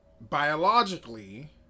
biologically